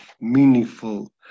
meaningful